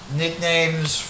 nicknames